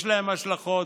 יש להם השלכות.